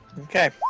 Okay